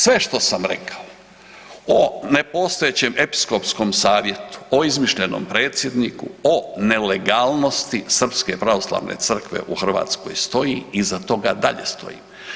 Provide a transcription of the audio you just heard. Sve što sam rekao o ne postojećem episkopskom savjetu, o izmišljenom predsjedniku, o nelegalnosti srpske pravoslavne crvke u Hrvatskoj stoji i iza toga dalje stojim.